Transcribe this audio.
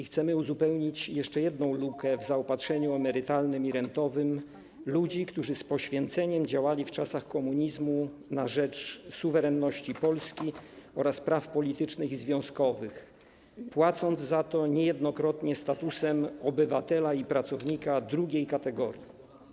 Chcemy uzupełnić jeszcze jedną lukę w zaopatrzeniu emerytalnym i rentowym ludzi, którzy z poświęceniem działali w czasach komunizmu na rzecz suwerenności Polski oraz praw politycznych i związkowych, płacąc za to niejednokrotnie statusem obywatela i pracownika drugiej kategorii.